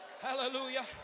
Hallelujah